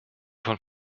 von